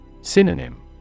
Synonym